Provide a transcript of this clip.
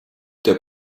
der